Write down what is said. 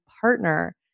partner